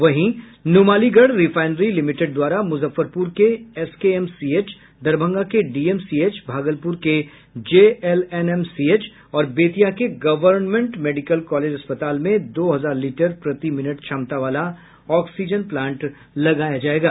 वहीं Numaligarh refinery limited द्वारा मुजफ्फरपुर के एसकेएमसीएच दरभंगा के डीएमसीएच भागलपुर के जेएलएनएमसीएच और बेतिया के गर्वनमेंट मेडिकल कॉलेज अस्पताल में दो हजार लीटर प्रति मिनट क्षमता वाला ऑक्सीजन प्लांट लगाया जायेगा